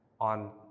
on